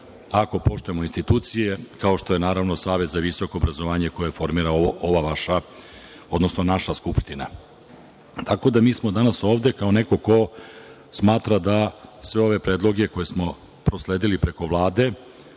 ako poštujemo institucije kao što je, naravno, Savet za visoko obrazovanje koje formira ova naša Skupština. Tako da, mi smo danas ovde kao neko ko smatra da sve ove predloge koje smo prosledili preko Vlade